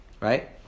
right